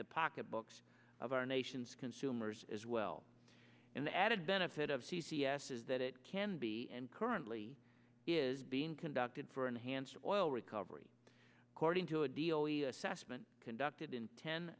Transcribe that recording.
the pocketbooks of our nation's consumers as well and the added benefit of c c s is that it can be and currently is being conducted for enhanced oil recovery according to a deal sassaman conducted in ten